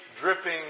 dripping